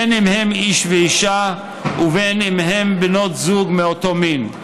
בין שהם איש ואישה ובין שהם בנות זוג מאותו מין.